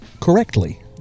correctly